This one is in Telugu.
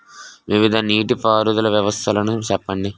వివిధ నీటి పారుదల వ్యవస్థలను చెప్పండి?